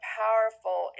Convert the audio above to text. powerful